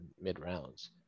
mid-rounds